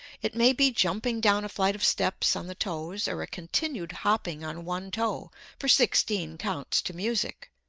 it may be jumping down a flight of steps on the toes, or a continued hopping on one toe for sixteen counts to music,